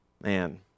Man